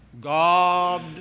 God